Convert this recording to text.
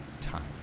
time